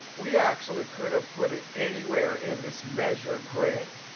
we actually could have put it anywhere in this measure grid.